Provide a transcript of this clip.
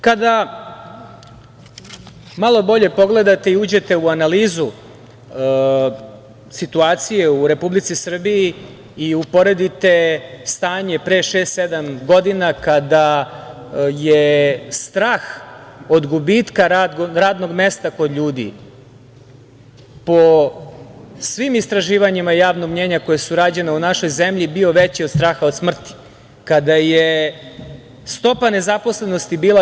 Kada malo bolje pogledate i uđete u analizu situacije u Republici Srbiji i uporedite stanje pre šest, sedam godina kada je strah od gubitka radnog mesta kod ljudi, po svim istraživanjima javnog mnjenja koja su rađena u našoj zemlji, bio veći od straha od smrti, kada je stopa nezaposlenosti bila 26%